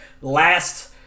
last